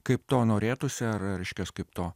kaip to norėtųsi ar reiškias kaip to